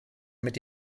mit